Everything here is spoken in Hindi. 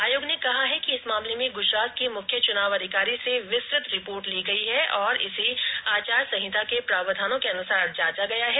आयोग ने कहा है कि इस मामले में गूजरात के मुख्य चुनाव अधिकारी से विस्तृत रिपोर्ट ली गई है और इसे आचार संहिता के प्रावधानों के अनुसार जांचा गया है